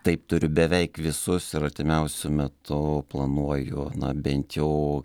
taip turiu beveik visus ir artimiausiu metu planuoju na bent jau